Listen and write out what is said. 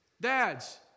Dads